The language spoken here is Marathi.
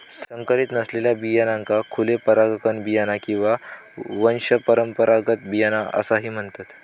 संकरीत नसलेल्या बियाण्यांका खुले परागकण बियाणा किंवा वंशपरंपरागत बियाणा असाही म्हणतत